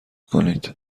کنید